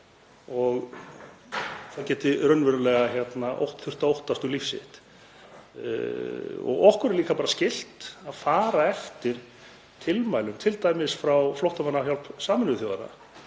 og það geti raunverulega oft þurft að óttast um líf sitt. Okkur er líka bara skylt að fara eftir tilmælum, t.d. frá Flóttamannahjálp Sameinuðu þjóðanna